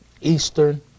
eastern